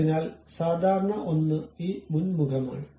അതിനാൽ സാധാരണ ഒന്ന് ഈ മുൻ മുഖമാണ്